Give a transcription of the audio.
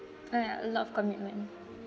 oh ya a lot of commitment